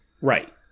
Right